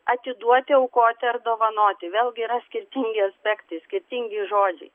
atiduoti aukoti ar dovanoti vėlgi yra skirtingi aspektai skirtingi žodžiai